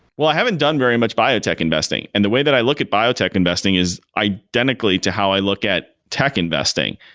well, i haven't done very much biotech investing, and the way that i look at biotech investing is identically to how i look at tech investing,